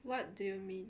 what do you mean